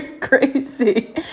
crazy